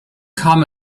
kam